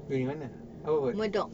uni mana apa buat